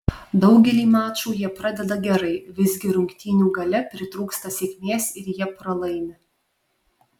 daugelį mačų jie pradeda gerai visgi rungtynių gale pritrūksta sėkmės ir jie pralaimi